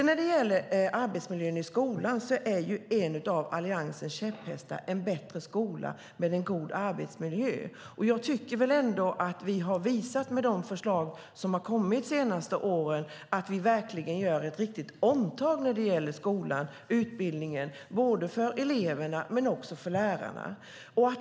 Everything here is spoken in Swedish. När det gäller arbetsmiljön i skolan är en av Alliansens käpphästar en bättre skola med en god arbetsmiljö. Jag tycker ändå att vi med de förslag som har kommit under de senaste åren har visat att vi verkligen gör ett riktigt omtag när det gäller skolan och utbildningen, både för eleverna och för lärarna.